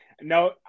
No